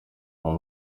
aba